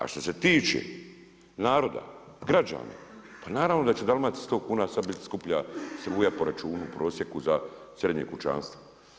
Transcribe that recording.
A što se tiče naroda, građana, pa naravno da će Dalmaciji 100 kuna sada biti skuplja struja po računu u prosjeku za srednje kućanstvo.